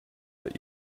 that